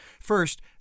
First